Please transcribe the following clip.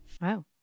Wow